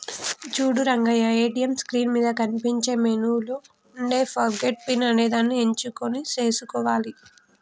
చూడు Rangayya ATM screen మీద కనిపించే మెనూలో ఉండే ఫర్గాట్ పిన్ అనేదాన్ని ఎంచుకొని సేసుకోవాలి